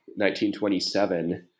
1927